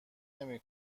نمی